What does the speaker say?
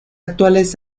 actuales